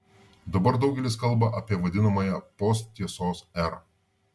dabar daugelis kalba apie vadinamąją posttiesos erą